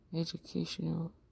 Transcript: Educational